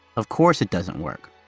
of course, it doesn't work.